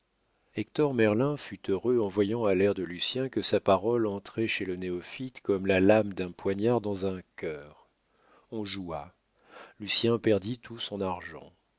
merlin fut heureux en voyant à l'air de lucien que sa parole entrait chez le néophyte comme la lame d'un poignard dans un cœur on joua lucien perdit tout son argent